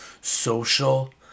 social